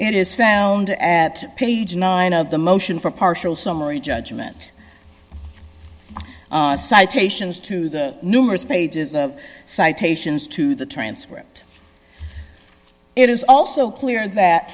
it is found at page nine of the motion for partial summary judgment citations to the numerous pages of citations to the transcript it is also clear that